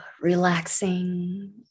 relaxing